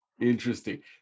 interesting